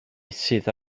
suddo